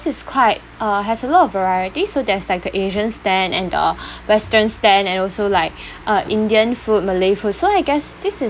is quite uh has a lot of variety so there's like a asian stand and uh western stand and also like uh indian food malay food so I guess this is